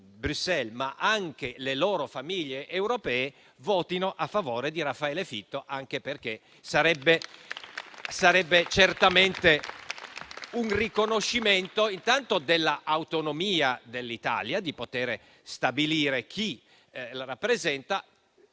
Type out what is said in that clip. Bruxelles, ma anche le loro famiglie europee votino a favore di Raffaele Fitto. Sarebbe certamente anche un riconoscimento, intanto, dell'autonomia dell'Italia di potere stabilire chi la rappresenta,